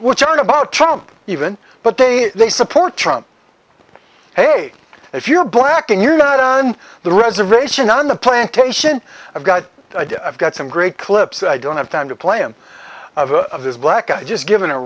which are about trump even but they they support trump hey if you're black and you're not on the reservation on the plantation i've got i've got some great clips i don't have time to play i'm of a black i just given a